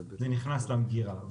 זה נכנס למגירה.